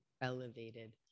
elevated